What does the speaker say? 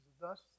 thus